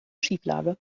schieflage